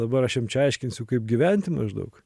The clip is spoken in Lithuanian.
dabar aš jiem čia aiškinsiu kaip gyventi maždaug